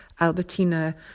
Albertina